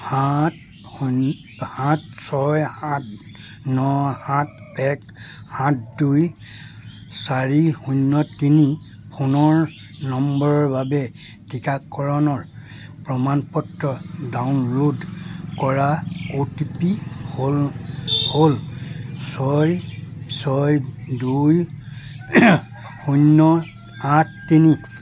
সাত সাত ছয় সাত ন সাত এক সাত দুই চাৰি শূন্য তিনি ফোনৰ নম্বৰৰ বাবে টীকাকৰণৰ প্ৰমাণপত্ৰ ডাউনলোড কৰা অ' টি পি হ'ল হ'ল ছয় ছয় দুই শূন্য আঠ তিনি